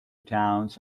towns